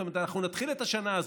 זאת אומרת, אנחנו נתחיל את השנה הזאת,